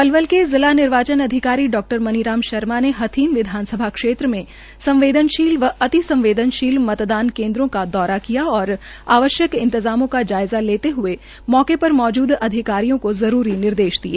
पलवल के जिला निर्वाचन अधिकारी डा मनी राम शर्मा ने हथीन विधानसभा क्षेत्र मे संवदेनशील व अति संवदेनशील मतदान केन्द्रों का दौरा किया और आवश्यक इंतजामों को जायज़ा लेते हये मौके पर मौजूद अधिकारियों को जरूरी निर्देश दिए